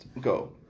go